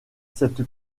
cette